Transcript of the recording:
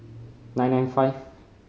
nine nine five